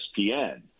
ESPN